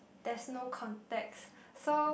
there's no context so